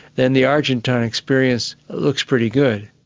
then the argentine experience looks pretty good.